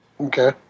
okay